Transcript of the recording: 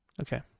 Okay